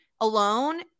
alone